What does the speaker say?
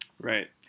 Right